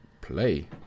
Play